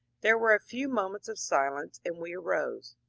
there were a few moments of silence, and we arose.